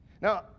Now